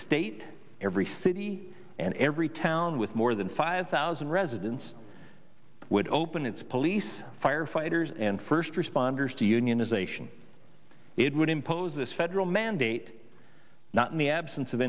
state every city and every town with more than five thousand residents would open its police firefighters and first responders to unionization it would impose this federal mandate not in the absence of